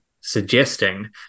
suggesting